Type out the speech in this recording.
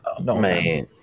Man